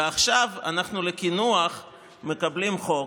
ועכשיו לקינוח אנחנו מקבלים חוק,